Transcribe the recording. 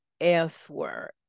elsewhere